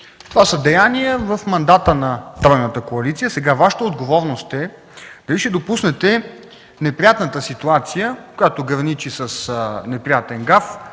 Това са деяния в мандата на тройната коалиция. Вашата отговорност сега е дали ще допуснете неприятната ситуация, която граничи с неприятен гаф,